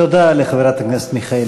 תודה לחברת הכנסת מיכאלי.